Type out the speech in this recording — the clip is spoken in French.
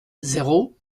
zéro